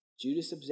Judas